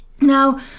Now